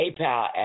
PayPal